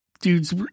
dudes